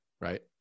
right